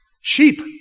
sheep